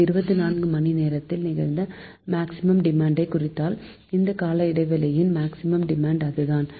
இந்த 24 மணி நேரத்தில் நிகழ்ந்த மேக்சிமம் டிமாண்ட் ஐ குறித்தால் அந்த கால இடைவெளியின் மேக்சிமம் டிமாண்ட் அதுதான்